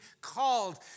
called